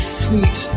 sweet